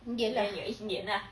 indian lah